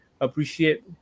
appreciate